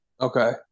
Okay